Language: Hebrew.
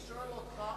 אני שואל אותך,